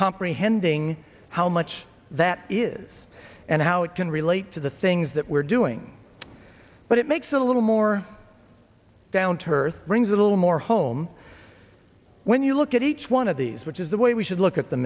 comprehend ing how much that is and how it can relate to the things that we're doing but it makes it a little more down to earth brings a little more home when you look at each one of these which is the way we should look at the